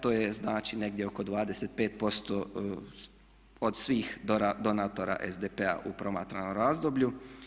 To je znači negdje oko 25% od svih donatora SDP-a u promatranom razdoblju.